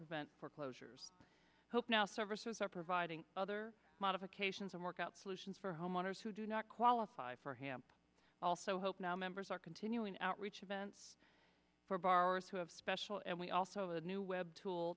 prevent foreclosures hope now services are providing other modifications and work out solutions for homeowners who do not qualify for hamp also hope now members are continuing outreach events for borrowers who have special and we also the new web tool